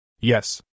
Yes